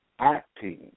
acting